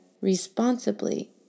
responsibly